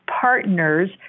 partners